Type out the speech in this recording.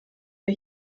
wir